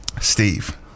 Steve